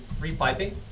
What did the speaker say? Repiping